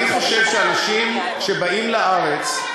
אני חושב שאנשים שבאים לארץ,